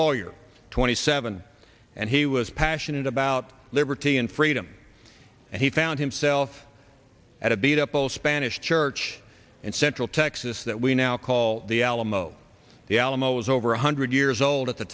lawyer twenty seven and he was passionate about liberty and freedom and he found himself at a beat up old spanish church in central texas that we now call the alamo the alamo was over one hundred years old at the